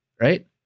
right